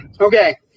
Okay